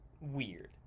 weird